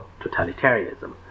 totalitarianism